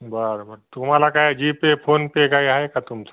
बरं बरं तुम्हाला काय जी पे फोनपे काय आहे का तुमचं